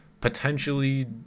potentially